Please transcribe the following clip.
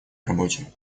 работе